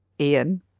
Ian